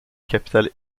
capitale